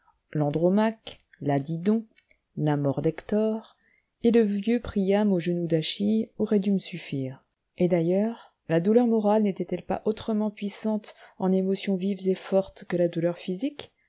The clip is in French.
l'hécube l'andromaque la didon la mort d'hector et le vieux priam aux genoux d'achille auraient dû me suffire et d'ailleurs la douleur morale n'était-elle pas autrement puissante en émotions vives et fortes que la douleur physique